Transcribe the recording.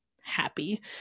happy